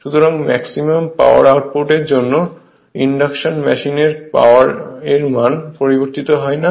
সুতরাং maximum power output এর জন্য ইন্ডাকশন মেশিন এর পাওয়ার এর মান পরিবর্তিত হয় না